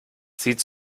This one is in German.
sieht